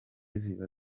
ziba